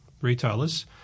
retailers